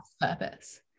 purpose